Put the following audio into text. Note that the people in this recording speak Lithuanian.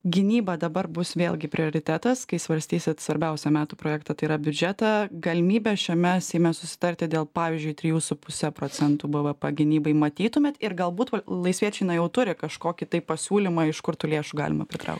gynyba dabar bus vėlgi prioritetas kai svarstysit svarbiausią metų projektą tai yra biudžetą galimybę šiame seime susitarti dėl pavyzdžiui trijų su puse procentų bvp gynybai matytumėt ir galbūt va laisviečiai na jau turi kažkokį tai pasiūlymą iš kur tų lėšų galima prikraut